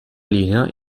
linea